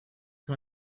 can